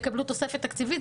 יקבלו תוספת תקציבית,